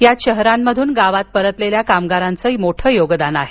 यात शहरांमधून गावात परतलेल्या कामगारांचं योगदान आहे